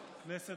כנסת